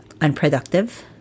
unproductive